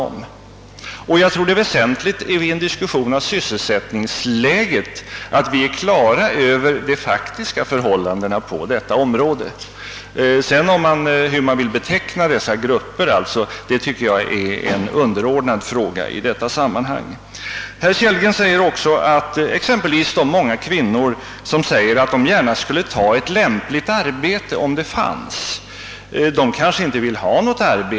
Och jag tror det är väsentligt vid en diskussion av sysselsättningsläget att vi är på det klara med de faktiska förhållandena på området. Hur man sedan vill beteckna dessa grupper tycker jag är en underordnad fråga i detta sammanhang. hävdar vidare att exempelvis de många kvinnor som säger att de gärna skulle ta ett lämpligt arbete, om sådant fanns, kanske inte vill ha något arbete.